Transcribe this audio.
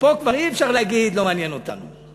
ופה כבר אי-אפשר להגיד לא מעניין אותנו.